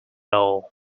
all